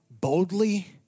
Boldly